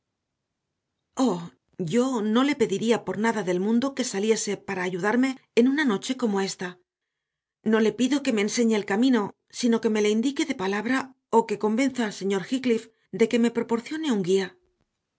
yo no le pediría por nada del mundo que saliese para ayudarme en una noche como ésta no le pido que me enseñe el camino sino que me le indique de palabra o que convenza al señor heathcliff de que me proporcione un guía